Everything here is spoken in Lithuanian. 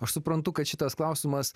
aš suprantu kad šitas klausimas